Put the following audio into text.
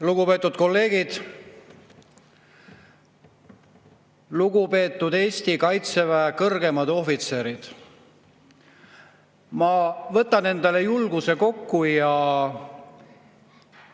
Lugupeetud kolleegid! Lugupeetud Eesti kaitseväe kõrgemad ohvitserid! Ma võtan julguse kokku ja